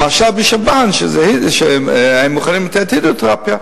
למשל, בשב"ן, שהם מוכנים לתת הידרותרפיה,